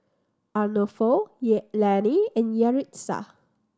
Arnulfo Lanie and Yaritza